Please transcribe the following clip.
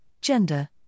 gender